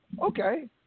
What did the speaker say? Okay